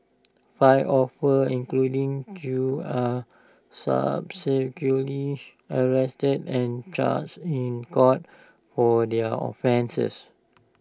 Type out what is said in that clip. five officers including chew are subsequently arrested and charged in court for their offences